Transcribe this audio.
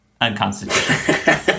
unconstitutional